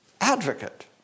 advocate